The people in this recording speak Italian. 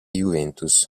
juventus